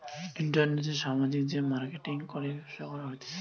ইন্টারনেটে সামাজিক যে মার্কেটিঙ করে ব্যবসা করা হতিছে